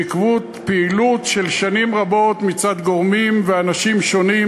בעקבות פעילות של שנים רבות מצד גורמים ואנשים שונים,